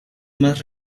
más